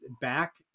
back